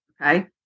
Okay